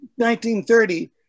1930